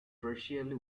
partially